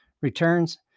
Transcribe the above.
returns